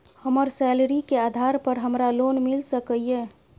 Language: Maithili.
हमर सैलरी के आधार पर हमरा लोन मिल सके ये?